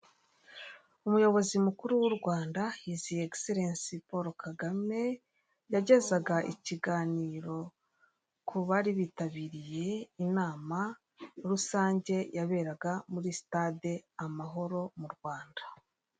Umuyobozi mukuru w'urwanda hiziye eseresi paul kagame yagezaga ikiganiro ku bari bitabiriye inama rusange yaberaga muri sitade amahoro mu rwanda.